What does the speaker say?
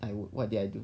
I would what did I do